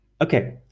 Okay